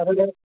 per day